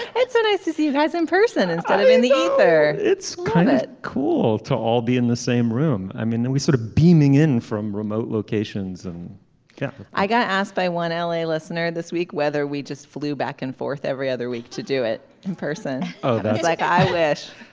it's nice to see you guys in person instead of in the ether. it's kind ah of cool to all be in the same room i mean and we sort of beaming in from remote locations and yeah i got asked by one l a. listener this week whether we just flew back and forth every other week to do it in person oh that's like i wish.